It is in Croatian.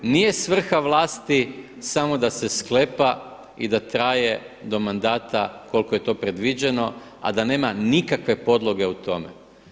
Nije svrha vlasti samo da se sklepa i da traje do mandata koliko je to predviđeno a da nema nikakve podloge u tome.